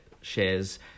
shares